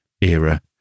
era